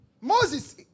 moses